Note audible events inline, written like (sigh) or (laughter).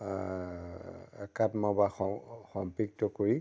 একাত্ম বা (unintelligible) কৰি